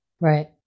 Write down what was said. Right